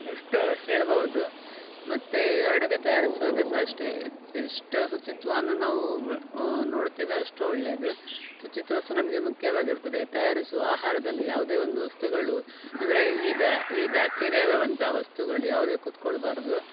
ಇಷ್ಟೇ ಹೇಳ್ಬೌದು ಮತ್ತು ಅಡುಗೆ ತಯಾರಿಸುವಾಗ ಸಹ ಅಷ್ಟೇ ಎಷ್ಟು ಶುಚಿತ್ವವನ್ನು ನಾವು ನೋಡ್ತೇವೆ ಅಷ್ಟು ಒಳ್ಳೆಯದು ಶುಚಿತ್ವ ಸಹ ನಮಗೆ ಮುಖ್ಯವಾಗಿರ್ತದೆ ತಯಾರಿಸುವ ಆಹಾರದಲ್ಲಿ ಯಾವುದೇ ಒಂದು ವಸ್ತುಗಳು ಅಂದರೆ ಈ ಬ್ಯಾ ಈ ಬ್ಯಾಕ್ಟೀರ್ಯಗಳಂಥ ವಸ್ತುಗಳು ಯಾವ್ದೇ ಕುತ್ಕೊಳ್ಳಬಾರ್ದು